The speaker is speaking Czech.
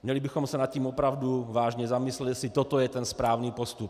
Měli bychom se nad tím opravdu vážně zamyslet, jestli toto je ten správný postup.